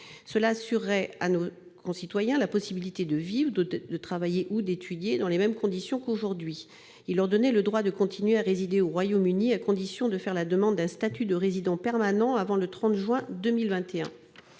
Cela assurait à nos concitoyens résidant au Royaume-Uni la possibilité d'y vivre, d'y travailler ou d'y étudier dans les mêmes conditions qu'aujourd'hui. Cet accord leur donnait le droit de continuer à résider au Royaume-Uni, à condition de faire la demande d'un statut de résident permanent avant le 30 juin 2021.